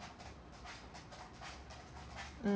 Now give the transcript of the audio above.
mm~